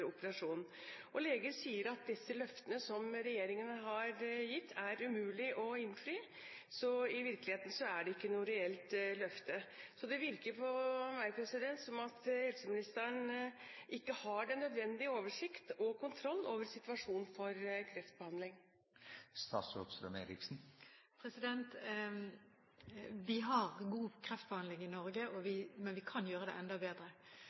operasjon. Leger sier at disse løftene som regjeringen har gitt, er umulig å innfri. I virkeligheten er det ikke noe reelt løfte. Det virker på meg som om helseministeren ikke har den nødvendige oversikt og kontroll over situasjonen for kreftbehandling. Vi har god kreftbehandling i Norge, men vi kan gjøre den enda bedre.